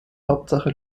hauptsache